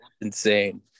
Insane